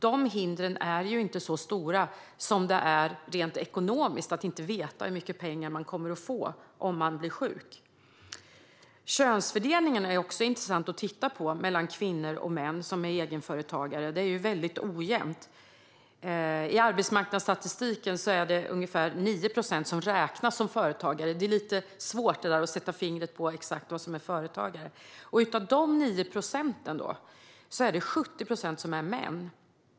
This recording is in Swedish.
De hindren är inte så stora som det är rent ekonomiskt att inte veta hur mycket pengar man kommer att få om man blir sjuk. Könsfördelningen mellan kvinnor och män som är egenföretagare är också intressant att titta på. Det är väldigt ojämnt. I arbetsmarknadsstatistiken är det ungefär 9 procent som räknas som företagare. Det är lite svårt att exakt sätta fingret på vad som är företagare. Av de 9 procenten är 70 procent män.